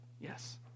Yes